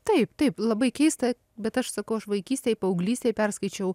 taip taip labai keista bet aš sakau aš vaikystėj paauglystėj perskaičiau